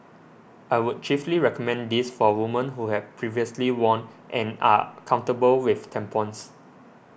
I would chiefly recommend this for women who have previously worn and are comfortable with tampons